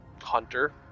hunter